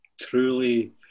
truly